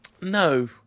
No